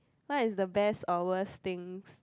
what is the best or worst things